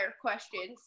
questions